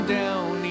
down